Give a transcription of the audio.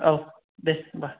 औ दे होमबा